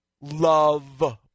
love